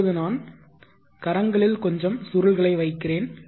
இப்பொழுது நான் கரங்களில் கொஞ்சம் சுருள்களை வைக்கின்றேன்